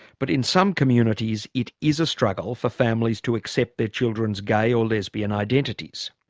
but in some communities it is a struggle for families to accept their children's gay or lesbian identities.